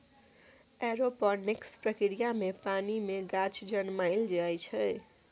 aeroponics प्रक्रिया मे पानि मे गाछ जनमाएल जाइ छै